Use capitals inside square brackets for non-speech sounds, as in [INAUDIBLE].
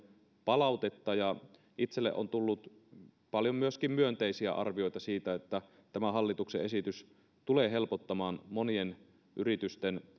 palautetta itselle on tullut paljon myöskin myönteisiä arvioita siitä että tämä hallituksen esitys tulee helpottamaan monien yritysten [UNINTELLIGIBLE]